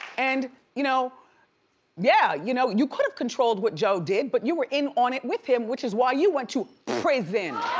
and you know yeah, you know you could have controlled what joe did, but you were in on it with him, which is why you went to prison!